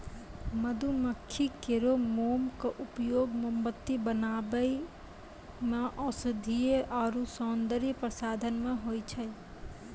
मधुमक्खी केरो मोम क उपयोग मोमबत्ती बनाय म औषधीय आरु सौंदर्य प्रसाधन म होय छै